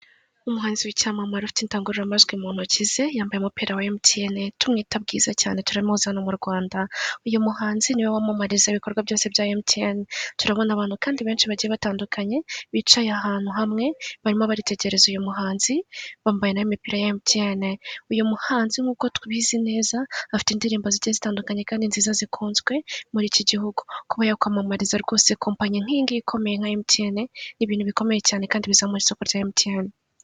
Umuhanzi w'icyamamare ufite indangururamajwi mu ntoki ze yambaye umupira wa emutiyene tumwita bwiza cyane, turamuzi hano mu Rwanda. Uyu muhanzi niwe wamamariza ibikorwa byose bya emutiyene, turabona abantu kandi benshi bagiye batandukanye bicaye ahantu hamwe barimo baritegereza uyu muhanzi, bambaye nabo imipira ya emutiyene, uyu muhanzi nk'uko tubizi neza afite indirimbo zigiye zitandukanye kandi nziza zikunzwe muri iki gihugu, kuba yakwamamariza rwose kompanyi nk'iyi ngiyi ikomeye nka emutiyene ni ibintu bikomeye cyane kandi bizamura isoko rya emutiyene.